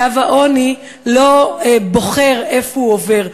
קו העוני לא בוחר איפה הוא עובר,